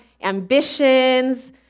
ambitions